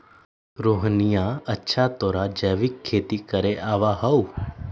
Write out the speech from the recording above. रोहिणीया, अच्छा तोरा जैविक खेती करे आवा हाउ?